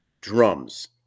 drums